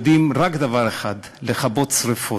יודעים רק דבר אחד לכבות שרפות.